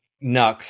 nux